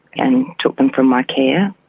and took them from my care.